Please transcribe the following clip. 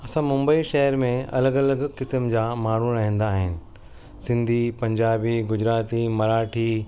असां मुंबई शहर में अलॻि अलॻि किस्म जा माण्हू रहंदा आहिनि सिंधी पंजाबी गुजराती मराठी